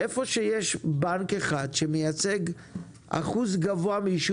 שהיכן שיש בנק אחד שמייצג שיעור גבוה מן